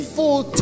full